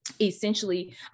Essentially